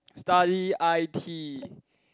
study i_t